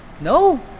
No